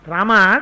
Rama